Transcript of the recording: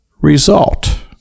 result